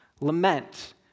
Lament